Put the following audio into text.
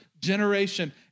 generation